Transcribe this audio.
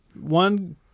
one